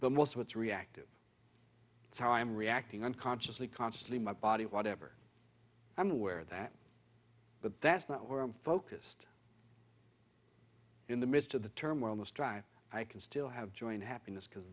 but most of it's reactive so i'm reacting unconsciously consciously my body whatever i'm aware that but that's not where i'm focused in the midst of the turmoil most drive i can still have joint happiness because